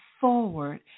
forward